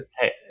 Hey